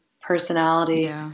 personality